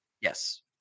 Yes